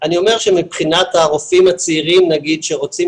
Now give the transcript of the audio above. אני אומר שמבחינת הרופאים הצעירים נגיד שרוצים